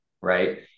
right